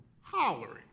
hollering